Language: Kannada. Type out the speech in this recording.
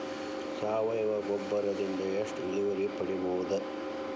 ಸಾವಯವ ಗೊಬ್ಬರದಿಂದ ಎಷ್ಟ ಇಳುವರಿ ಪಡಿಬಹುದ?